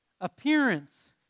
Appearance